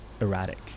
erratic